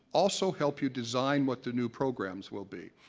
also help you design what the new programs will be.